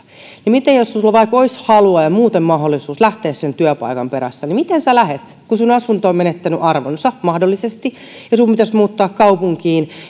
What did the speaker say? niin jos sinulla vaikka olisi halua ja muuten mahdollisuus lähteä työpaikan perässä niin miten lähdet kun asuntosi on mahdollisesti menettänyt arvonsa ja sinun pitäisi muuttaa kaupunkiin